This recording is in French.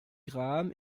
graham